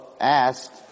asked